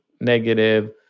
negative